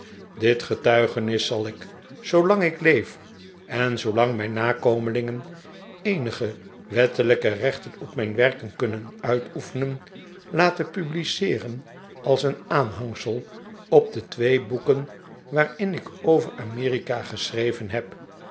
dit getuigenis zal ik zoolang ik leef en zoolang mijn nakomelingen eenige wettelijke rechten op mijn werken kunnen uitoefenen laten publiceeren als een aanhangsel op de twee boeken waarin ik over amerika geschreven heb